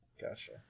Gotcha